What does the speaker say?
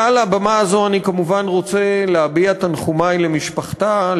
מעל הבמה הזאת אני כמובן רוצה להביע את תנחומי למשפחתה,